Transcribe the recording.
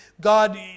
God